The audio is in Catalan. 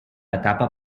etapa